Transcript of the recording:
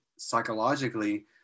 psychologically